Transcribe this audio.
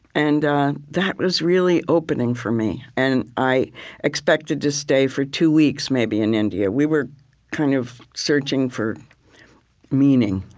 and that was really opening for me. and i expected to stay for two weeks, maybe, in india. we were kind of searching for meaning.